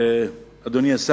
אדוני היושב-ראש,